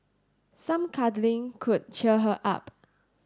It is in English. some cuddling could cheer her up